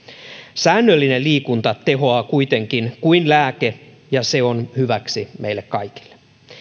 säännöllinen liikunta tehoaa kuitenkin kuin lääke ja se on hyväksi meille kaikille